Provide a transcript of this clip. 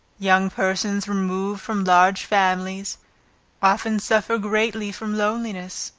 young persons removed from large families often suffer greatly from loneliness,